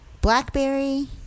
BlackBerry